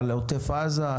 על עוטף עזה,